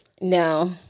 No